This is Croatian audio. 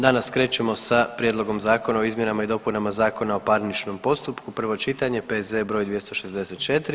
Danas krećemo sa: - Prijedlogom zakona o izmjenama i dopunama Zakona o parničnom postupku, prvo čitanje, P.Z.E. br. 264.